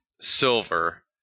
silver